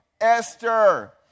Esther